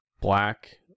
black